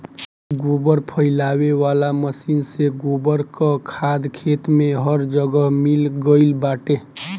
गोबर फइलावे वाला मशीन से गोबर कअ खाद खेत में हर जगह मिल गइल बाटे